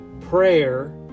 prayer